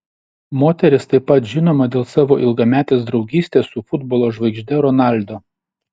moteris taip pat žinoma dėl savo ilgametės draugystės su futbolo žvaigžde ronaldo